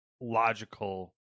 logical